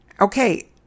okay